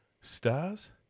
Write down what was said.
stars